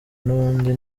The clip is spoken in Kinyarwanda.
n’ubundi